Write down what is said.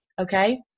okay